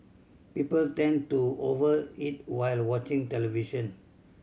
people tend to over eat while watching television